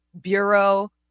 bureau